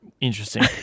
interesting